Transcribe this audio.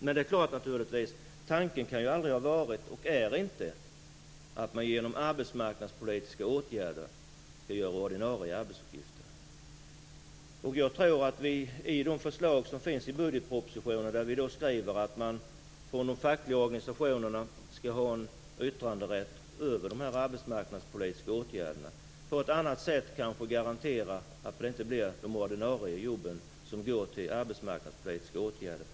Men tanken har naturligtvis aldrig varit och är inte att man i arbetsmarknadspolitiska åtgärder skall utföra ordinarie arbetsuppgifter. Jag tror att vi genom de förslag som finns i budgetpropositionen, där vi skriver att de fackliga organisationerna skall ha yttranderätt beträffande de arbetsmarknadspolitiska åtgärderna, på ett annat sätt garanterar att de ordinarie jobben inte kommer att gå till arbetsmarknadspolitiska åtgärder.